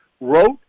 wrote